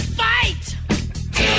fight